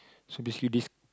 so basically this